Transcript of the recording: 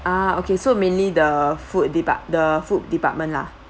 ah okay so mainly the food depart~ the food department lah